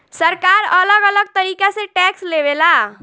सरकार अलग अलग तरीका से टैक्स लेवे ला